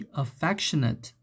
affectionate